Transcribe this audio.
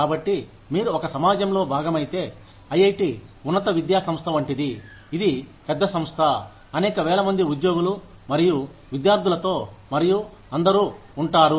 కాబట్టి మీరు ఒక సమాజంలో భాగమైతే ఐఐటి ఉన్నత విద్యా సంస్థ వంటిది ఇది పెద్ద సంస్థ అనేక వేల మంది ఉద్యోగులు మరియు విద్యార్థులతో మరియు అందరూ ఉంటారు